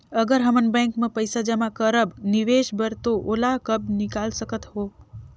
अगर हमन बैंक म पइसा जमा करब निवेश बर तो ओला कब निकाल सकत हो?